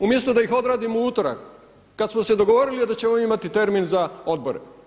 Umjesto da ih odradim u utorak kada smo se dogovorili da ćemo imati termin za odbore.